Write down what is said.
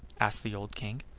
asked the old king.